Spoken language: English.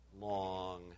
long